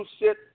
sit